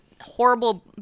horrible